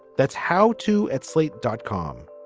that's how to at slate dot com